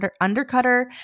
undercutter